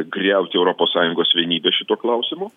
griauti europos sąjungos vienybę šituo klausimu